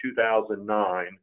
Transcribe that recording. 2009